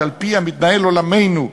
שעל-פיה מתנהל עולמנו.